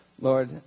Lord